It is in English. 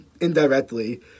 indirectly